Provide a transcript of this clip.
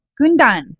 Gundan